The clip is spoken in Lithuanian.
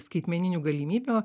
skaitmeninių galimybių